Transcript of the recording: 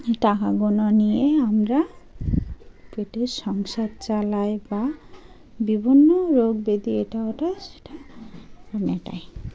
টাকাগুলো নিয়ে আমরা পেটের সংসার চালাই বা বিভিন্ন রোগ ব্যাধি এটা ওটা সেটা মেটাই